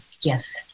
Yes